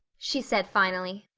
she said finally.